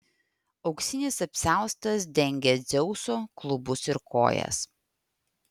auksinis apsiaustas dengė dzeuso klubus ir kojas